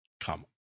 come